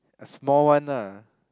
a small one ah